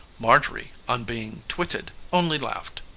marjorie on being twitted only laughed.